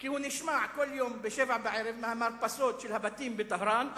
כי הוא נשמע כל יום ב-19:00 ממרפסות הבתים בטהרן,